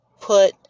put